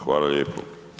Hvala lijepo.